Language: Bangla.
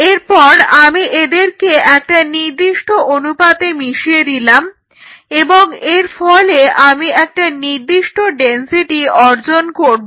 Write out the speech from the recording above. এরপর আমি এদেরকে একটা নির্দিষ্ট অনুপাতে মিশিয়ে দিলাম এবং এর ফলে আমি একটা নির্দিষ্ট ডেনসিটি অর্জন করব